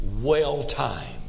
well-timed